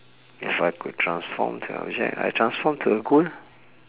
if I could transform to object I transform to a gold